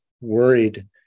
worried